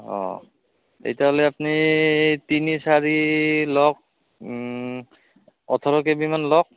অঁ তেতিয়াহ'লে আপুনি তিনি চাৰি লওক ওঠৰ কেবিমান লওক